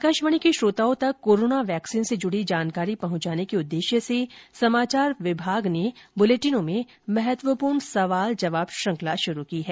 आकाशवाणी के श्रोताओं तक कोरोना वैक्सीन से जुड़ी जानकारी पहुंचाने के उद्देश्य से समाचार विभाग ने बुलेटिनों में महत्वपूर्ण सवाल जवाब श्रृंखला शुरू की है